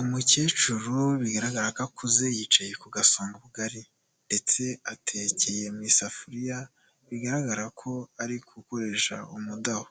Umukecuru bigaragara ko akuze yicaye ku gasongogari ndetse atekeye mu isafuriya bigaragara ko ari gukoresha umudoho,